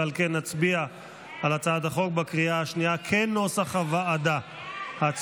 ועל כן נצביע על הצעת החוק בנוסח הוועדה בקריאה השנייה.